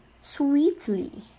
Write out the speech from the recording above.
sweetly